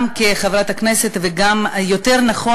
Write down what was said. כחברת הכנסת יותר נכון,